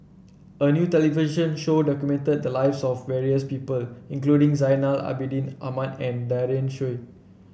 a new television show documented the lives of various people including Zainal Abidin Ahmad and Daren Shiau